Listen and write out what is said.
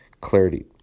Clarity